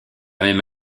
même